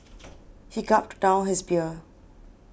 he gulped down his beer